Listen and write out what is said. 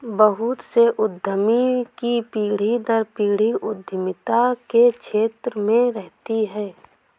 बहुत से उद्यमी की पीढ़ी दर पीढ़ी उद्यमिता के क्षेत्र में रहती है